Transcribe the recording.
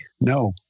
no